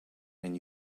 and